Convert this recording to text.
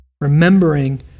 remembering